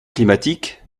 climatique